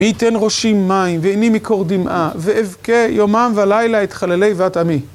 מי ייתן ראשי מים, ועיני מקור דמעה, ואבכה יומם ולילה את חללי בת עמי.